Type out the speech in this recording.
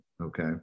okay